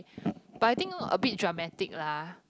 but I think a bit dramatic lah